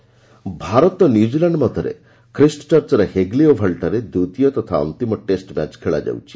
cricket Bharat New Zealand ମଧ୍ୟରେ ଖ୍ରୀଷ୍ଟଚର୍ଚ୍ଚର Hagley ଓଭାଲଠାରେ ଦ୍ୱିତୀୟ ତଥା ଅନ୍ତିମ ଟେଷ୍ଟ ମ୍ୟାଚ୍ ଖେଳାଯାଉଛି